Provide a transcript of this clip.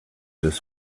this